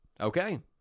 Okay